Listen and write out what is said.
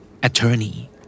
attorney